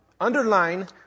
Underline